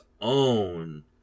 own